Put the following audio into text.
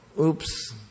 oops